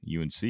UNC